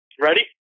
Ready